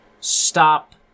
stop